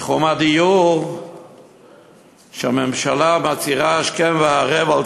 בתחום הדיור הממשלה מצהירה השכם וערב על